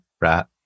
rat